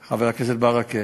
ברכה,